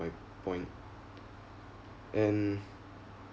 my point and